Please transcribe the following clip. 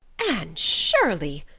anne shirley,